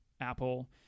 Apple